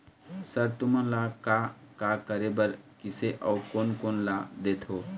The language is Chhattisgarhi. सर तुमन लोन का का करें बर, किसे अउ कोन कोन ला देथों?